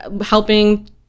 helping